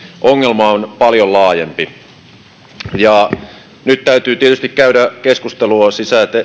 ongelma on paljon laajempi nyt täytyy tietysti käydä keskustelua